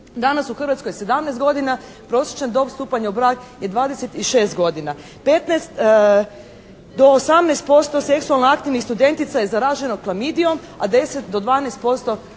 danas u Hrvatskoj je 17 godina, prosječna dob stupanja u brak je 26 godina. 15 do 18% seksualno aktivno studentica je zaraženo klamidijom, a 10